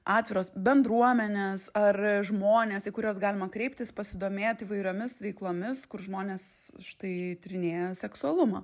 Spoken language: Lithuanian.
atviros bendruomenės ar žmonės į kuriuos galima kreiptis pasidomėti įvairiomis veiklomis kur žmonės štai tyrinėja seksualumą